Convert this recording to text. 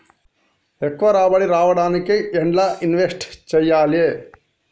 ఎక్కువ రాబడి రావడానికి ఎండ్ల ఇన్వెస్ట్ చేయాలే?